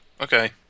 okay